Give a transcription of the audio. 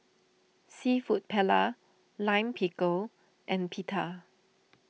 Seafood Paella Lime Pickle and Pita